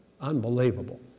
Unbelievable